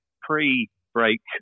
pre-break